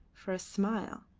for a smile,